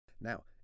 Now